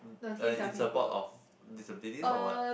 like in support of disabilities or what